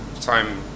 time